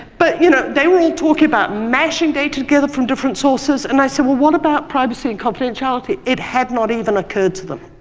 but you know they were all talking about mashing data together from different sources, and i said what about privacy and confidentiality? it had not even occurred to them.